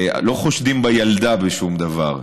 לא חושדים בילדה בשום דבר.